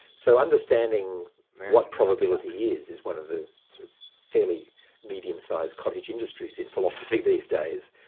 so understanding what probability is, is one of the sort of fairly medium-sized cottage industries in philosophy these days.